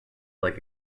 like